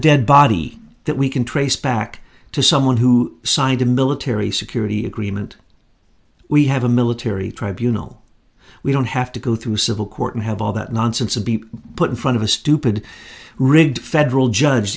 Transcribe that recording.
dead body that we can trace back to someone who signed a military security agreement we have a military tribunal we don't have to go through civil court and have all that nonsense and be put in front of a stupid rigged federal judge